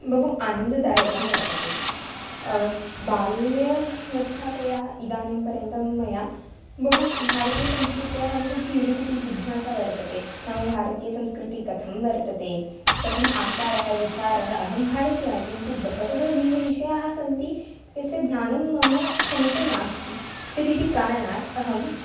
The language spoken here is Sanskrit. बहु आनन्ददायकं वर्तते बाल्यावस्थातः इदानीं पर्यन्तं मया बहु भारतीयसंस्कृतेः बहु क्यूरिसिटि जिज्ञासा वर्तते नाम भारतीयसंस्कृतिः कथं वर्तते कथम् आचारः विचारः अहं भारतीया किन्तु बहवः ये ये विषयाः सन्ति यस्य ध्यानं मम समीपे नास्ति चेत् इति कारणात् अहम्